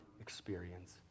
experience